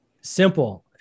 simple